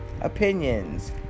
opinions